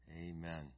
Amen